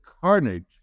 carnage